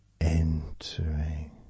entering